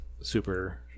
super